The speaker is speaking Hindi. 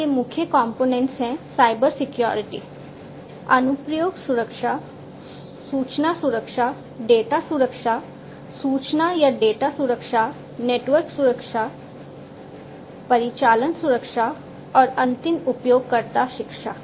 इसके मुख्य कंपोनेंट्स अनुप्रयोग सुरक्षा सूचना सुरक्षा डेटा सुरक्षा सूचना या डेटा सुरक्षा नेटवर्क सुरक्षा परिचालन सुरक्षा और अंतिम उपयोगकर्ता शिक्षा